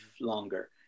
longer